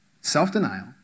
Self-denial